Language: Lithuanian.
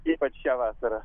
ypač čia vasarą